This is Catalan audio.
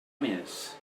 més